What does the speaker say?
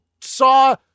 saw